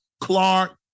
Clark